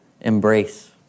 embrace